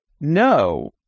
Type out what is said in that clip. No